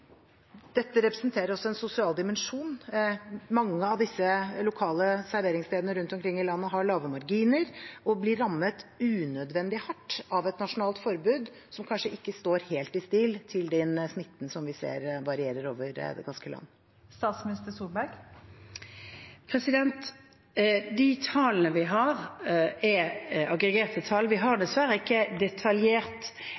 Dette representerer også en sosial dimensjon. Mange av disse lokale serveringsstedene rundt omkring i landet har lave marginer og blir rammet unødvendig hardt av et nasjonalt forbud, som kanskje ikke står helt i stil med den smitten som vi ser varierer over det ganske land. De tallene vi har, er aggregerte tall. Vi har